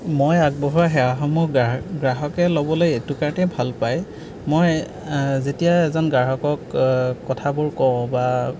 মই আগবঢ়োৱা সেৱাসমূহ গ্ৰাহকে ল'বলৈ এইটো কাৰণেই ভাল পাই মই যেতিয়া এজন গ্ৰাহকক কথাবোৰ কওঁ বা